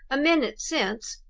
a minute since,